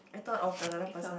I thought of another person